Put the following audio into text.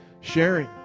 sharing